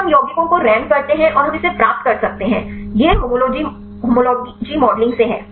फिर हम यौगिकों को रैंक करते हैं और हम इसे प्राप्त कर सकते हैं यह होमोलॉजी मॉडलिंग से है